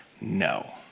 no